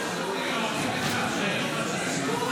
רבי חיים בן עטר גם